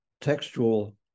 textual